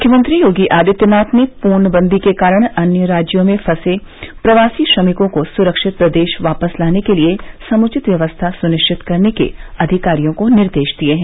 मुख्यमंत्री योगी आदित्यनाथ ने पूर्णबंदी के कारण अन्य राज्यों में फंसे प्रवासी श्रमिकों को सुरक्षित प्रदेश वापस लाने के लिए समुचित व्यवस्था सुनिश्चित करने के अधिकारियों को निर्देश दिए हैं